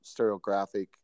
stereographic